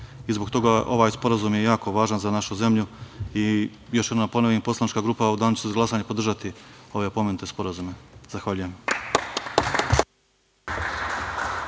i zbog toga ovaj sporazum je jako važan za našu zemlju. Još jednom da ponovim, poslanička grupa u danu za glasanje će podržati ove pomenute sporazume. Zahvaljujem.